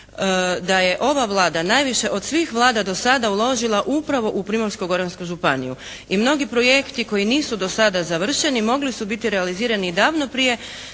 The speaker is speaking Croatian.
da je ova Vlada najviše od svih Vlada do sada uložila upravo u Primorsko-goransku županiju i mnogi projekti koji nisu do sada završeni mogli su biti realizirani i davno prije